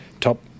top